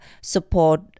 support